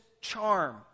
charm